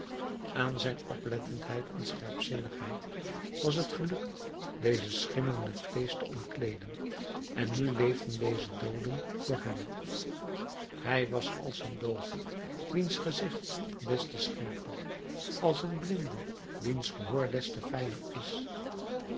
aan zijn oplettendheid en scherpzinnigheid was het gelukt deze schimmen met vleesch te omkleeden en nu leefden deze dooden voor hem hij was als een doove wiens gezicht des te scherper als een blinde wiens gehoor des te fijner is